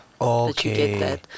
okay